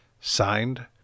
Signed